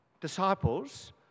disciples